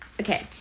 Okay